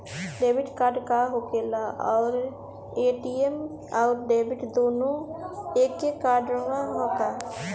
Debit card का होखेला और ए.टी.एम आउर डेबिट दुनों एके कार्डवा ह का?